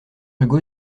hugo